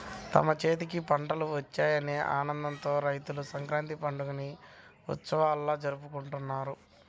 తమ చేతికి పంటలు వచ్చాయనే ఆనందంతో రైతులు సంక్రాంతి పండుగని ఉత్సవంలా జరుపుకుంటారు